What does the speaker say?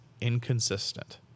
inconsistent